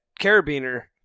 carabiner